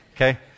Okay